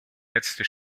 letzte